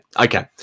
Okay